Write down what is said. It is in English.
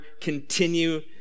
continue